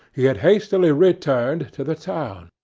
he had hastily returned to the town.